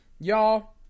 Y'all